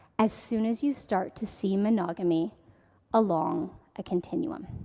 as soon as you start to see monogamy along a continuum.